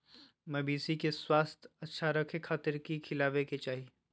मवेसी के स्वास्थ्य अच्छा रखे खातिर की खिलावे के चाही?